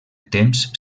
temps